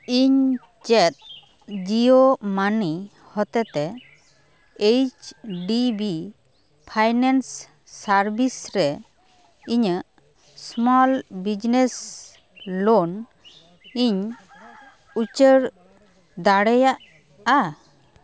ᱤᱧ ᱪᱮᱫ ᱡᱤᱭᱳ ᱢᱟᱹᱱᱤ ᱦᱚᱛᱮᱛᱮ H D B finance service ᱨᱮ ᱤᱧᱟᱹᱜ ᱥᱢᱚᱞ ᱵᱤᱡᱱᱮᱥ ᱞᱳᱱ ᱤᱧ ᱩᱪᱟᱹᱲ ᱫᱟᱲᱮᱭᱟᱜᱼᱟ